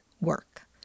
work